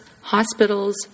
hospitals